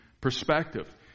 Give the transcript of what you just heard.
perspective